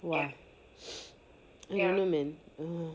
!wah! I don't know man ah